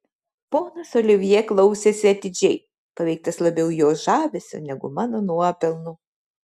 ponas olivjė klausėsi atidžiai paveiktas labiau jos žavesio negu mano nuopelnų